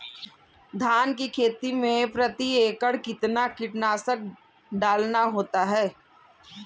धान की खेती में प्रति एकड़ कितना कीटनाशक डालना होता है?